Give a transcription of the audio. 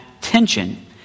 tension